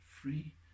free